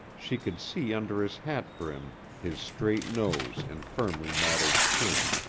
she could see under his hat-brim his straight nose and firmly modeled chin.